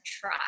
try